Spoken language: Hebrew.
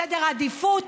סדר עדיפות,